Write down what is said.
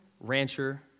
rancher